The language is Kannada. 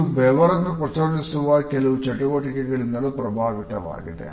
ಇದು ಬೆವರನ್ನು ಪ್ರಚೋದಿಸುವ ಕೆಲವು ಚಟುವಟಿಕೆಗಳಿಂದಲೂ ಪ್ರಭಾವಿತವಾಗಿದೆ